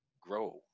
grow